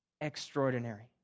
extraordinary